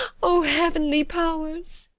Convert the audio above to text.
o heavenly powers!